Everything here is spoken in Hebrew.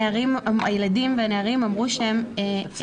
הילדים והנערים אמרו שהם --- אנחנו